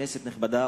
כנסת נכבדה,